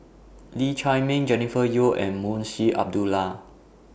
Lee Chiaw Meng Jennifer Yeo and Munshi Abdullah